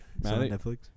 Netflix